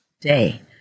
day